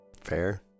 Fair